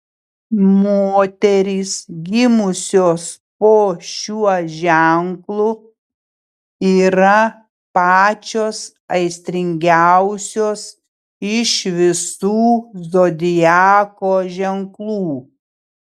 moterys gimusios po šiuo ženklu yra pačios aistringiausios iš visų zodiako ženklų